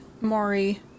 Maury